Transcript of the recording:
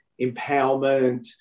empowerment